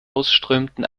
ausströmenden